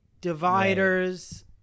dividers